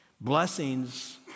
Blessings